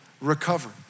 recover